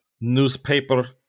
newspaper